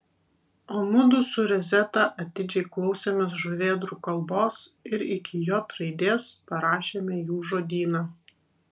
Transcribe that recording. o mudu su rezeta atidžiai klausėmės žuvėdrų kalbos ir iki j raidės parašėme jų žodyną